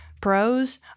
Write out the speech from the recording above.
Pros